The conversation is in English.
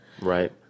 Right